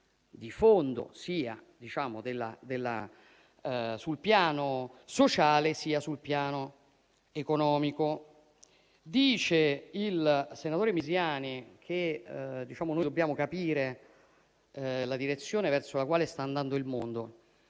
di fondo, sia sul piano sociale, sia sul piano economico. Il senatore Misiani ha sostenuto che dobbiamo capire la direzione verso la quale sta andando il mondo.